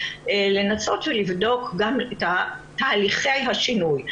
לנסות ולבדוק גם את תהליכי השינוי.